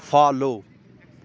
follow